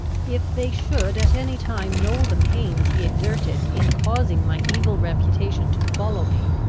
if they should at any time know the pains he exerted in causing my evil reputation to follow me,